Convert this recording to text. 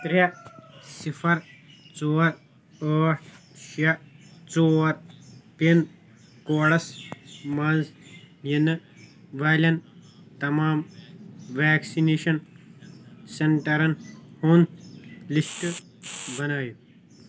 ترٛےٚ صِفَر ژور ٲٹھ شےٚ ژور پِن کوڈَس منٛز یِنہٕ والؠن تمام وؠکسِنیشَن سؠنٹَرَن ہُنٛد لِسٹ بَنٲیو